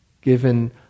given